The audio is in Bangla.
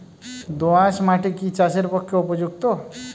দোআঁশ মাটি কি চাষের পক্ষে উপযুক্ত?